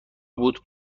بود